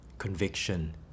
conviction